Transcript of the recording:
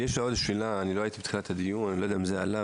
לא הייתי בתחילת הדיון, ואני לא יודע אם זה עלה.